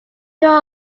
two